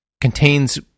contains